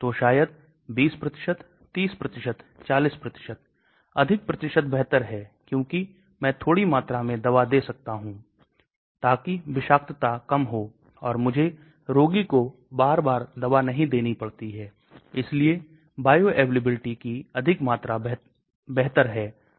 तो मौखिक रूप से दवा लेने के बाद यह मुख्यता पारगम्यता पर निर्भर करता है निश्चित रूप से और फिर हम पारगम्यता वाले कंपाउंड में कम बायोअवेलेबिलिटी होती है जो सच है